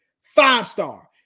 Five-star